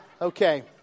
okay